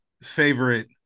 favorite